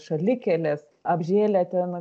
šalikeles apžėlę ten